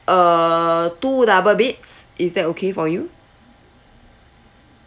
uh two double beds is that okay for you